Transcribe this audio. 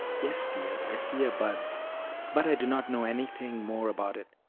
yes, dear, i see a bud but i do not know anything more about it.